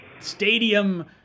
stadium